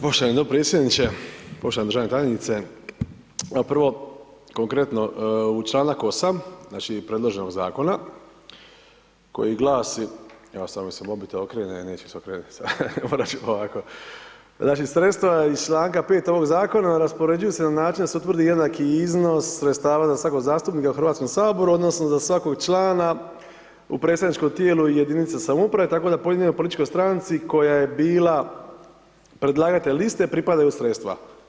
Poštovani dopredsjedniče, poštovana državna tajnice, prvo, konkretno u čl. 8., znači, predloženog Zakona koji glasi, evo samo da mi se mobitel okrene, neće se okrenuti, morat ću ovako, znači, sredstva iz čl. 5. ovog Zakona raspoređuju se na način da se utvrdi jednaki iznos sredstava za svakog zastupnika u HS odnosno za svakog člana u predsjedničkom tijelu jedinica samouprave, tako da pojedinoj političkoj stranci koja je bila predlagatelj liste, pripadaju sredstva.